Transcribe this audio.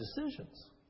decisions